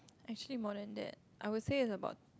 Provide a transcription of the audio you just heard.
actually more than that I would say in a board